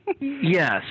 Yes